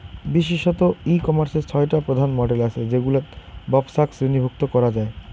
বিশেষতঃ ই কমার্সের ছয়টা প্রধান মডেল আছে যেগুলাত ব্যপছাক শ্রেণীভুক্ত করা যায়